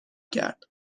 کرد